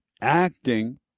acting